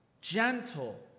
gentle